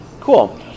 cool